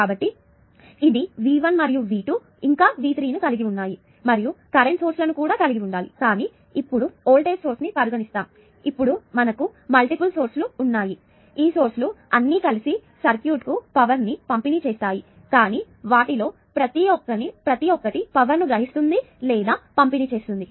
కాబట్టి ఇది V1 మరియు V2 మరియు ఇంకా V3 కలిగి ఉన్నాము మరియు కరెంటు సోర్స్ లను కూడా కలిగి ఉండాలి కానీ ఇప్పుడు వోల్టేజ్ సోర్స్ ని పరిగణిస్తాము ఇప్పుడు మనకు మల్టీపుల్ సోర్స్ లు ఉన్నాయి ఈ సోర్స్ లు అన్ని కలిసి సర్క్యూట్కు పవర్ ను పంపిణీ చేస్తాయి కానీ వాటిలో ప్రతి ఒక్కటి పవర్ ను గ్రహిస్తుంది లేదా పంపిణీ చేస్తుంది